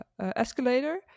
escalator